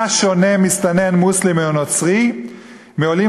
מה שונה מסתנן מוסלמי או נוצרי מעולים